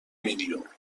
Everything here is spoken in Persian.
میلیون